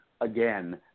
again